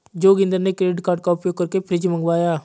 जोगिंदर ने credit card का उपयोग करके फ्रिज मंगवाया